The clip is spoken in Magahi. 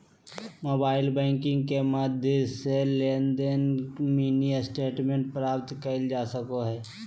मोबाइल बैंकिंग के माध्यम से लेनदेन के मिनी स्टेटमेंट प्राप्त करल जा सको हय